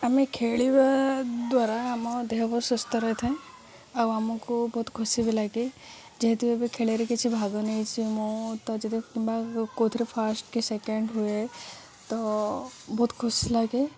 ଆମେ ଖେଳିବା ଦ୍ୱାରା ଆମ ଦେହ ବହୁତ ସୁସ୍ଥ ରହିଥାଏ ଆଉ ଆମକୁ ବହୁତ ଖୁସି ବି ଲାଗେ ଯେହେତୁ ଏବେ ଖେଳରେ କିଛି ଭାଗ ନେଇଛିି ମୁଁ ତ ଯଦି କିମ୍ବା କେଉଁଥିରେ ଫାଷ୍ଟ କି ସେକେଣ୍ଡ ହୁଏ ତ ବହୁତ ଖୁସି ଲାଗେ